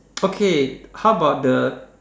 okay how about the